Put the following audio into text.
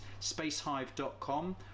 spacehive.com